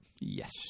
Yes